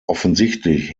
offensichtlich